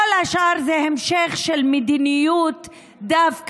כל השאר זה דווקא המשך של מדיניות ההתנחלויות,